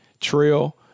trail